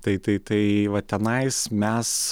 tai tai tai va tenais mes